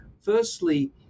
Firstly